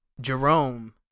Jerome